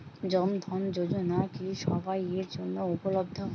জন ধন যোজনা কি সবায়ের জন্য উপলব্ধ?